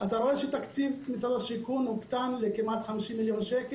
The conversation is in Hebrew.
אתה רואה שתקציב משרד השיכון הוקטן לכמעט 50,000,000 ₪,